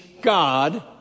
God